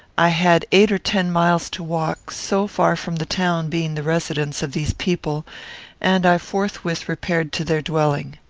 i had eight or ten miles to walk, so far from the town being the residence of these people and i forthwith repaired to their dwelling.